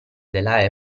della